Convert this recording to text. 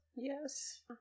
Yes